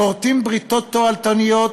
כורתים בריתות תועלתניות,